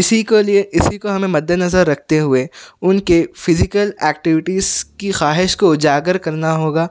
اسی کو لیے اسی کو ہمیں مدنظر رکھتے ہوئے ان کے فیزیکل ایکٹیوٹیز کی خواہش کو اجاگر کرنا ہوگا